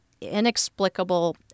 inexplicable